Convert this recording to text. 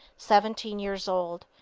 seventeen years old.